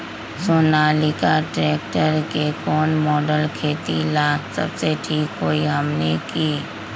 Sonalika tractor के कौन model खेती ला सबसे ठीक होई हमने की?